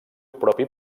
propi